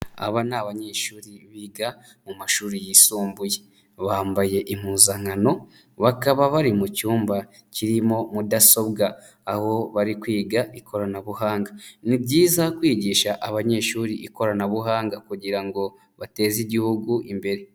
Aba ni abanyeshuri biga mu mashuri yisumbuye. Bambaye impuzankano, bakaba bari mu cyumba kirimo mudasobwa, aho bari kwiga ikoranabuhanga. Ni byiza kwigisha abanyeshuri ikoranabuhanga kugira ngo bateze Igihugu imbere.